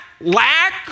lack